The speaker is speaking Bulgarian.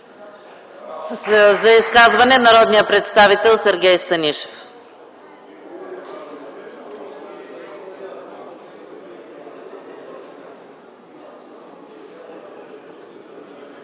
За изказване - народният представител Сергей Станишев.